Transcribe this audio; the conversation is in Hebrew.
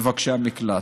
מבקשי המקלט.